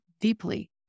deeply